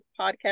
podcast